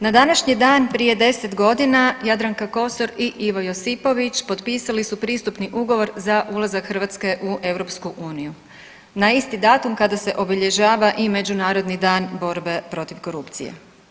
Na današnji dan prije 10.g. Jadranka Kosor i Ivo Josipović potpisali su pristupni ugovor za ulazak Hrvatske u EU, na isti datum kada se obilježava i Međunarodni dan borbe protiv korupcije.